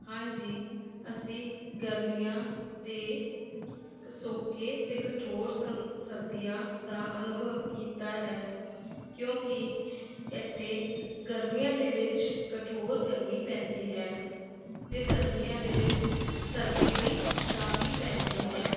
ਹਾਂਜੀ ਅਸੀਂ ਗਰਮੀਆਂ ਅਤੇ ਕਸੋਕੇ ਅਤੇ ਕਠੋਰ ਸਨ ਸਰਦੀਆਂ ਦਾ ਅਨੁਭਵ ਕੀਤਾ ਹੈ ਕਿਉਂਕਿ ਇੱਥੇ ਗਰਮੀਆਂ ਦੇ ਵਿੱਚ ਕਠੋਰ ਗਰਮੀ ਪੈਂਦੀ ਹੈ ਅਤੇ ਸਰਦੀਆਂ ਦੇ ਵਿੱਚ ਸਰਦੀ ਵੀ ਕਾਫੀ ਪੈਂਦੀ ਹੈ